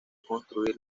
construir